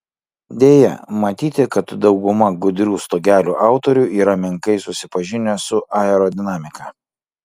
deja matyti kad dauguma gudrių stogelių autorių yra menkai susipažinę su aerodinamika